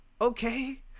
okay